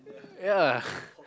ya